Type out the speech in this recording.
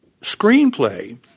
screenplay